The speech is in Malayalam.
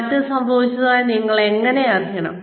മാറ്റം സംഭവിച്ചതായി നിങ്ങൾക്ക് എങ്ങനെ അറിയാം